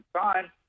time